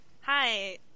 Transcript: hi